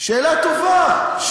שאלה טובה.